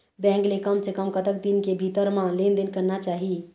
Bank ले कम से कम कतक दिन के भीतर मा लेन देन करना चाही?